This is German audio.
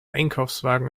einkaufswagen